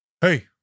Hey